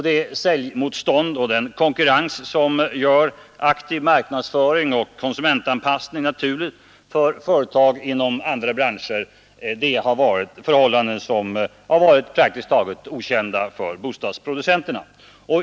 Det säljmotstånd och den konkurrens som gör en aktiv marknadsföring och konsumentanpassningen naturlig för företag inom andra branscher har varit praktiskt taget okända företeelser för bostadsproducenterna.